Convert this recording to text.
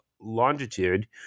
longitude